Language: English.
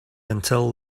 until